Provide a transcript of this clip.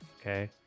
okay